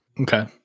Okay